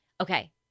Okay